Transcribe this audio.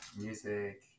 music